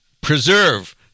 preserve